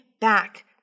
back